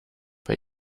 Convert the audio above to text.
bei